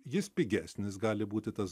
jis pigesnis gali būti tas